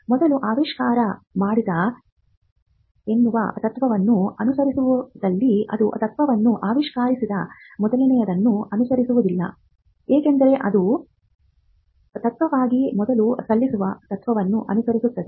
ಮೊದಲು ಆವಿಷ್ಕಾರ ಮಾಡಿದ ಎನ್ನುವ ತತ್ವವನ್ನು ಅನುಸರಿಸುವುದಿಲ್ಲಅದು ತತ್ವಗಳನ್ನು ಆವಿಷ್ಕರಿಸಿದ ಮೊದಲನೆಯದನ್ನು ಅನುಸರಿಸುವುದಿಲ್ಲ ಏಕೆಂದರೆ ಅದು ಆದ್ದರಿಂದ ಇದು ತಾತ್ವಿಕವಾಗಿ ಮೊದಲು ಸಲ್ಲಿಸುವ ತತ್ವವನ್ನು ಅನುಸರಿಸುತ್ತದೆ